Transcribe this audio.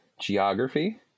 geography